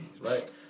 right